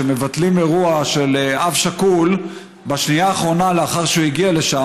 שמבטלים אירוע של אב שכול בשנייה האחרונה לאחר שהוא הגיע לשם,